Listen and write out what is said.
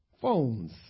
phones